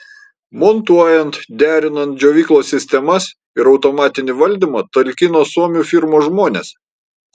montuojant derinant džiovyklos sistemas ir automatinį valdymą talkino suomių firmos žmonės